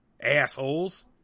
Assholes